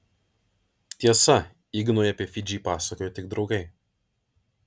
tiesa ignui apie fidžį pasakojo tik draugai